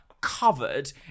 covered